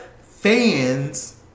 fans